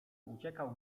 uciekał